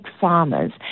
farmers